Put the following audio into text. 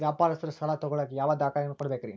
ವ್ಯಾಪಾರಸ್ಥರು ಸಾಲ ತಗೋಳಾಕ್ ಯಾವ ದಾಖಲೆಗಳನ್ನ ಕೊಡಬೇಕ್ರಿ?